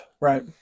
Right